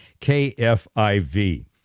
KFIV